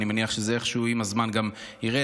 אני מניח שזה איכשהו עם הזמן גם ירד.